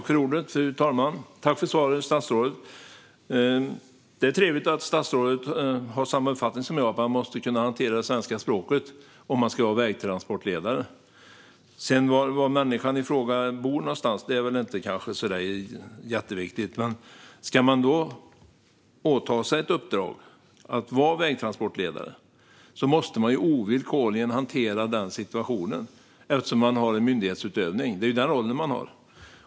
Fru talman! Tack för svaret, statsrådet! Det är trevligt att statsrådet har samma uppfattning som jag när det gäller att man måste kunna hantera svenska språket om man ska vara vägtransportledare. Var människan i fråga bor någonstans är kanske inte jätteviktigt, men om man ska åta sig uppdraget att vara vägtransportledare måste man ovillkorligen hantera den situationen. Det handlar om myndighetsutövning. Det är den rollen man har.